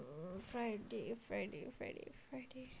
uh friday friday friday friday